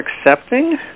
accepting